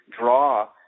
draw